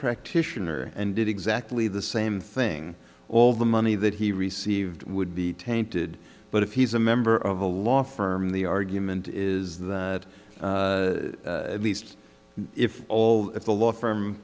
practitioner and did exactly the same thing all the money that he received would be tainted but if he's a member of a law firm the argument is that at least if all the law firm